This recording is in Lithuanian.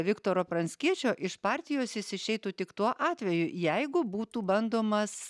viktoro pranckiečio iš partijos jis išeitų tik tuo atveju jeigu būtų bandomas